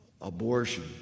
abortion